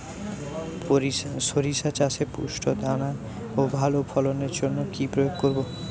শরিষা চাষে পুষ্ট দানা ও ভালো ফলনের জন্য কি প্রয়োগ করব?